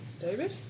David